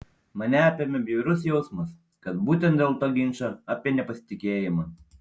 mane apėmė bjaurus jausmas kad būtent dėl to ginčo apie nepasitikėjimą